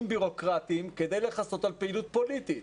בירוקרטיים כדי לכסות על פעילות פוליטית.